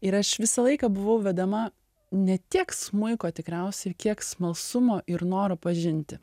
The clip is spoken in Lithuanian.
ir aš visą laiką buvau vedama ne tiek smuiko tikriausiai kiek smalsumo ir noro pažinti